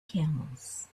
camels